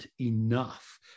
enough